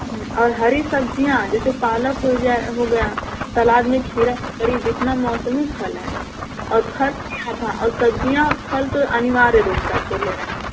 और हरी सब्जियां जैसे पालक होइ जाए हो गया सलाद में खीरा ककड़ी जितना मौसमी फल है और फल और सब्जियां फल तो अनिवार्य रूप से आपको लेना है